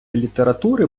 літератури